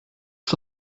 for